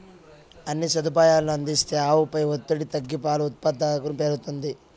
అన్ని సదుపాయాలనూ అందిస్తే ఆవుపై ఒత్తిడి తగ్గి పాల ఉత్పాదకతను పెరుగుతుంది